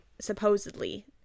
supposedly